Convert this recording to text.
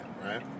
right